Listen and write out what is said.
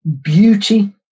Beauty